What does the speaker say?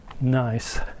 nice